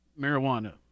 marijuana